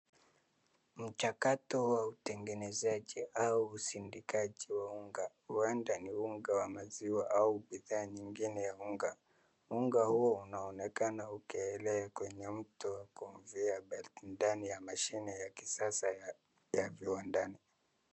Mchakato wa utengenezaji au usindikaji wa unga, huenda ni unga wa maziwa au bidhaa nyingine ya unga. Unga huu unaonekana ukielea kwenye mtowa kumvia baridi ndani ya mashine ya kisasa ya viwanadani.